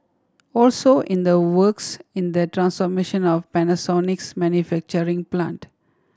also in the works in the transformation of Panasonic's manufacturing plant